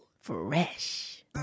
Fresh